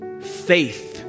Faith